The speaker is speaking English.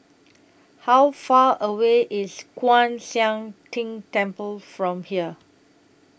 How Far away IS Kwan Siang Tng Temple from here